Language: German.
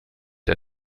der